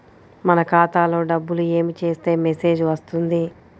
మన ఖాతాలో డబ్బులు ఏమి చేస్తే మెసేజ్ వస్తుంది?